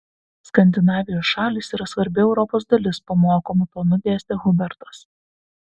skandinavijos šalys yra svarbi europos dalis pamokomu tonu dėstė hubertas